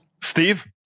Steve